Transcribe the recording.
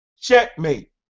checkmate